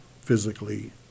physically